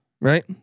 right